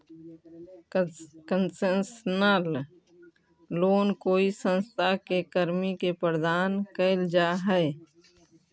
concessional loan कोई संस्था के कर्मी के प्रदान कैल जा हइ